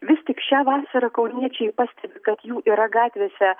vis tik šią vasarą kauniečiai pastebi kad jų yra gatvėse